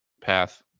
path